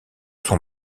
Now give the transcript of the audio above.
son